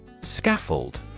Scaffold